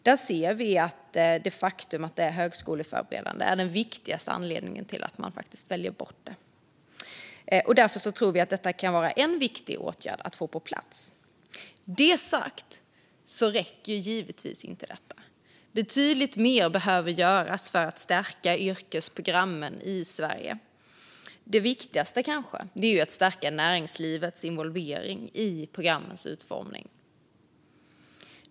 Där ser vi att det faktum att det inte är högskoleförberedande är den viktigaste anledningen till att man väljer bort det. Därför tror vi att detta kan vara en viktig åtgärd att få på plats. Men detta räcker givetvis inte. Betydligt mer behöver göras för att stärka yrkesprogrammen i Sverige. Det viktigaste kanske är att stärka näringslivets involvering i programmens utformning.